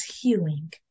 healing